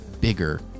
bigger